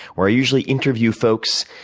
where i usually interview folks,